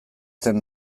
zen